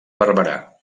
barberà